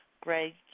Greg